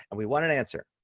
and we want an answer.